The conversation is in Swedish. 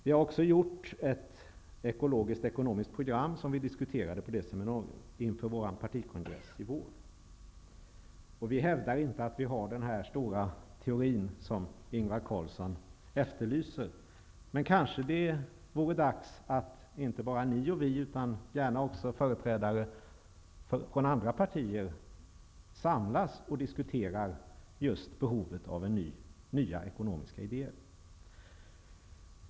Vi har också gjort ett ekologisk-ekonomiskt program som vi diskuterade på ett seminarium inför vår partikongress i våras. Vi hävdar inte att vi har den stora teori som Ingvar Carlsson efterlyser. Men det kanske vore dags, inte bara för er och oss utan gärna även för företrädare från andra partier, att samlas och diskutera just behovet av nya ekonomiska idéer.